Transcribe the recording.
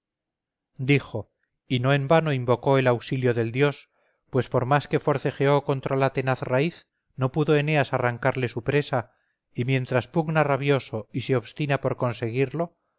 dijo y no en vano invocó el auxilio del dios pues por más que forcejeó contra la tenaz raíz no pudo eneas arrancarle su presa y mientras pugna rabioso y se obstina por conseguirlo